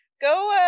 go